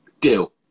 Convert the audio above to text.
Deal